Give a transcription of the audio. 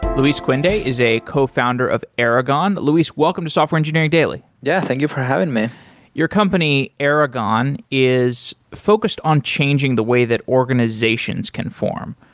luis cuende is a co-founder of aragon. luis, welcome to software engineering daily yeah, thank you for having me your company aragon is focused on changing the way that organizations can form.